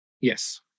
Yes